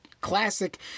classic